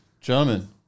gentlemen